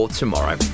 tomorrow